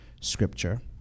scripture